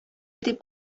дип